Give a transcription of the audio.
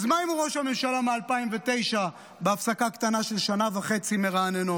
אז מה אם הוא ראש הממשלה מ-2009 בהפסקה קטנה של שנה וחצי מרעננות?